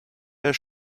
der